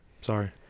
Sorry